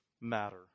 matter